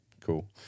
cool